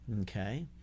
Okay